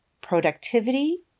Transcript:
productivity